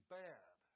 bad